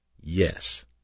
Yes